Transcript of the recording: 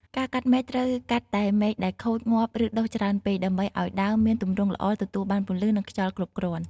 ការកាត់មែកត្រូវ កាត់តែមែកដែលខូច ងាប់ ឬដុះច្រើនពេក ដើម្បីឱ្យដើមមានទម្រង់ល្អ ទទួលបានពន្លឺ និងខ្យល់គ្រប់គ្រាន់។